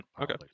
Okay